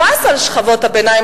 המס על שכבות הביניים,